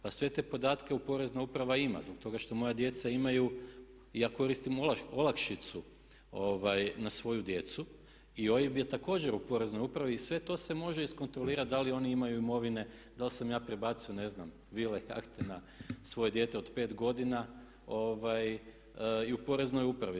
Pa sve te podatke porezna uprava ima zbog toga što moja djeca imaju i ja koristim olakšicu na svoju djecu i OIB je također u poreznoj upravi i sve to se može iskontrolirati da li oni imaju imovine, da li sam ja prebacio, ne znam vile, jahte na svoje dijete od 5 godina i u poreznoj upravi.